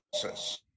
process